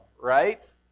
Right